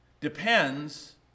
depends